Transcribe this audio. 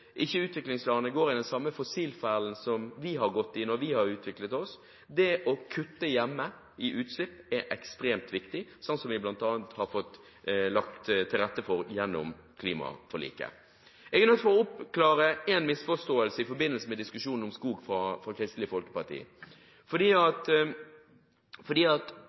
ikke utviklingslandene går i den samme fossilfellen som vi gikk i da vi utviklet oss, og det å kutte i utslipp hjemme er ekstremt viktig – sånn som vi bl.a. har fått lagt til rette for gjennom klimaforliket. Jeg er nødt til å oppklare en misforståelse knyttet til diskusjonen om skog med Kristelig Folkeparti.